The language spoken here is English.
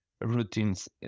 routines